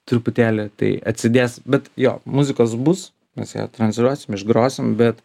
truputėlį tai atsidės bet jo muzikos bus mes ją transliuosim išgrosim bet